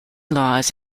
laws